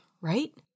right